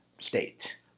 state